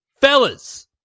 fellas